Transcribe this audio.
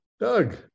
Doug